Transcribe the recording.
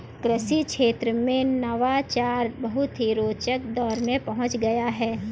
कृषि क्षेत्र में नवाचार बहुत ही रोचक दौर में पहुंच गया है